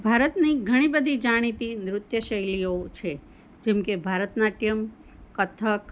ભારતની ઘણી બધી જાણીતી નૃત્ય શૈલીઓ છે જેમકે ભરતનાટ્યમ કથક